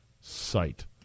site